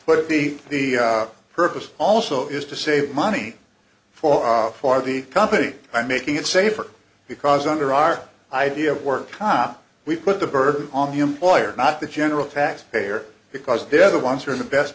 put the the purpose also is to save money for far the company by making it safer because under our idea of work comp we put the burden on the employer not the general taxpayer because they're the ones who are in the best